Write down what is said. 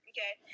Okay